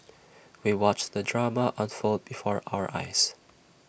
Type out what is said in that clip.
we watched the drama unfold before our eyes